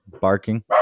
Barking